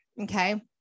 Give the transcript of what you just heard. Okay